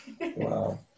Wow